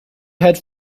had